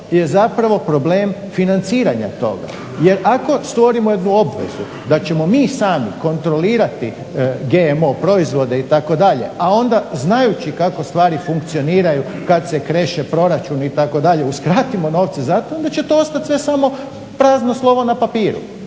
je problem financiranja toga. Jer ako stvorimo jednu obvezu da ćemo mi sami kontrolirati GMO proizvode itd., a onda znajući kako stvari funkcioniraju kada se kreše proračun itd. uskratimo novce za to onda će to sve ostati samo prazno slovo na papiru.